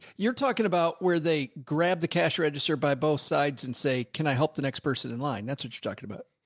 you're talking about where they grab the cash register by both sides and say, can i help the next person in line? that's what you're talking about.